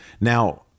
Now